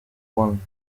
juan